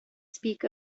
speak